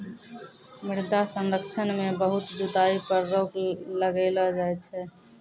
मृदा संरक्षण मे बहुत जुताई पर रोक लगैलो जाय छै